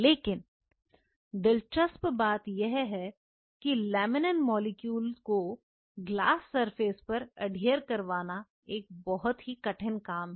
लेकिन दिलचस्प बात यह है कि लैमिनिन मॉलिक्यूल को ग्लास सरफेस पर अडहियर करवाना एक बड़ा कठिन काम है